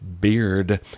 beard